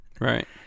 Right